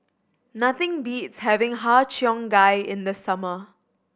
nothing beats having Har Cheong Gai in the summer